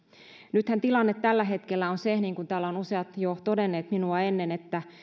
nythän tilanne tällä hetkellä on se niin kuin täällä ovat useat jo todenneet minua ennen että